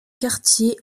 quartier